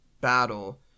battle